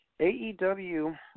AEW